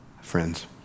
friends